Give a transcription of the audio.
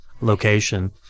location